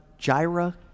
Gyra